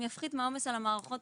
גם יפחית מהעומס על המערכות